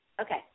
Okay